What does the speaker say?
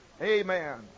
Amen